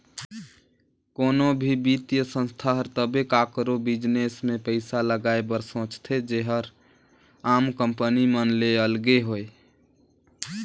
कोनो भी बित्तीय संस्था हर तबे काकरो बिजनेस में पइसा लगाए बर सोंचथे जेहर आम कंपनी मन ले अलगे होए